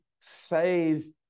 save